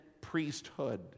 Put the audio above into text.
priesthood